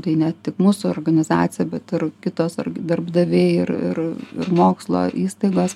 tai ne tik mūsų organizacija bet ir kitos ar darbdaviai ir mokslo įstaigos